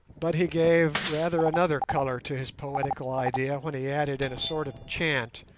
but he gave rather another colour to his poetical idea when he added in a sort of chant,